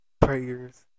prayers